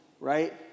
right